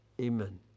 Amen